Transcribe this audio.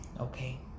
Okay